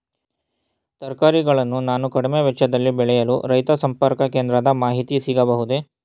ತರಕಾರಿಗಳನ್ನು ನಾನು ಕಡಿಮೆ ವೆಚ್ಚದಲ್ಲಿ ಬೆಳೆಯಲು ರೈತ ಸಂಪರ್ಕ ಕೇಂದ್ರದ ಮಾಹಿತಿ ಸಿಗಬಹುದೇ?